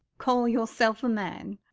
call yourself a man!